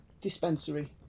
dispensary